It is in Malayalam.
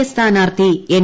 എ സ്ഥാനാർത്ഥി എൻ